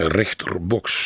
rechterbox